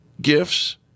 gifts